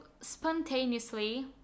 spontaneously